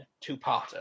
two-parter